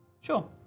sure